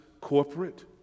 corporate